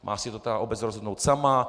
Má si to ta obec rozhodnout sama.